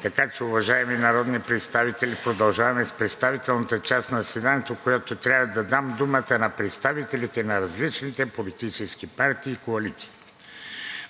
така че, уважаеми народни представители, продължаваме с представителната част на заседанието, когато трябва да дам думата на представителите на различните политически партии и коалиции,